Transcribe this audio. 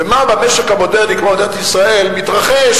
ומה במשק מודרני כמו מדינת ישראל מתרחש